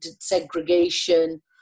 segregation